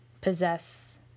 possess